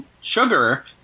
sugar